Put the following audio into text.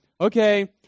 okay